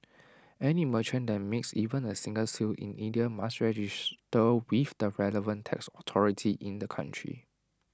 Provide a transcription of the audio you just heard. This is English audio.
any merchant that makes even A single sale in India must register with the relevant tax authority in the country